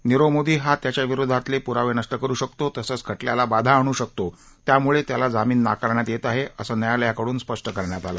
नीरव मोदी हा त्याच्याविरोधातील पुरावे नष्ट करू शकतो तसंच खटल्याला बाधा आणू शकतो त्यामुळे त्याला जामीन नाकारण्यात येत आहे असं न्यायालयाकडून स्पष्ट करण्यात आलं